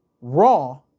raw